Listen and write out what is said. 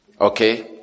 Okay